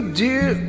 dear